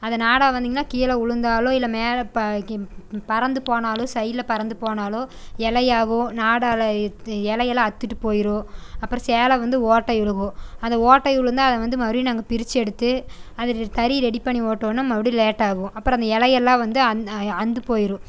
அந்த நாடா பார்த்திங்கனா கீழே விழுந்தாலோ இல்லை மேலே பறந்து போனாலோ சைடில் பறந்து போனாலோ இலையாவோ நாடாவில் இலையெல்லா அறுத்துட்டு போய்டும் அப்புறம் சேலை வந்து ஓட்டை விழுகும் அந்த ஓட்டை விழுந்தா அது வந்து மறுபடியும் நாங்கள் பிரித்து எடுத்து அது தறி ரெடி பண்ணி ஓட்டணுனா மறுபடியும் லேட் ஆகும் அப்புறம் அந்த இலையெல்லா வந்து அறுந்து போய்டும்